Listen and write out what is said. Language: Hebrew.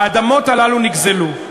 האדמות הללו נגזלו.